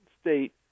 state